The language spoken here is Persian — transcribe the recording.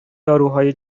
داروهای